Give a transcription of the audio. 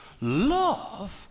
Love